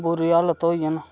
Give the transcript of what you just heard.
बुरी हालत होइयां न